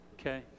Okay